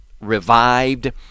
revived